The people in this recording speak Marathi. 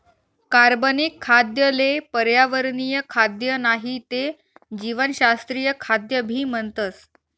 कार्बनिक खाद्य ले पर्यावरणीय खाद्य नाही ते जीवशास्त्रीय खाद्य भी म्हणतस